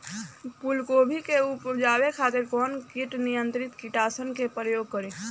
फुलगोबि के उपजावे खातिर कौन कीट नियंत्री कीटनाशक के प्रयोग करी?